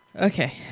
Okay